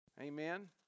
Amen